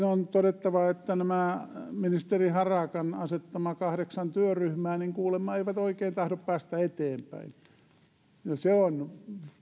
on todettava että nämä ministeri harakan asettamat kahdeksan työryhmää kuulemma eivät oikein tahdo päästä eteenpäin se on